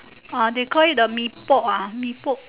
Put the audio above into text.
ah they call it the mee-pok ah mee-pok